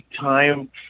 time